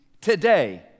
today